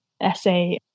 essay